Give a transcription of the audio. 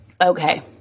okay